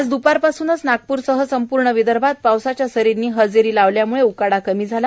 आज द्पारपासूनच नागप्रसह संपूर्ण विदर्भात पावसाच्या सरींनी हजेरी लावल्याम्ळे उकाडा कमी झाला